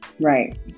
Right